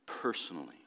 personally